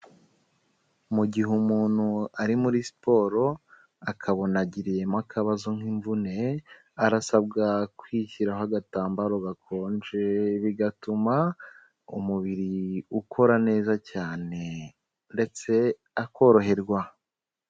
Mu gihe umuntu ari muri siporo akabona agiriyemo akabazo nk'imvune arasabwa kwishyiraho agatambaro gakonje bigatuma umubiri ukora neza cyane ndetse akoroherwa.